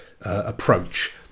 approach